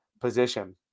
position